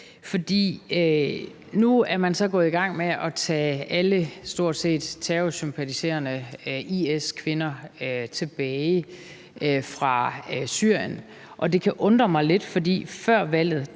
For nu er man så gået i gang med at tage stort set alle terrorsympatiserende IS-kvinder tilbage fra Syrien, og det kan undre mig lidt, for før valget